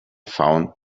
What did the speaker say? found